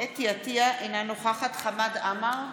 אינה נוכחת חמד עמאר,